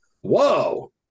Whoa